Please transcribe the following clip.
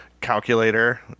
calculator